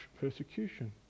persecution